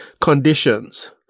conditions